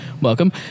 welcome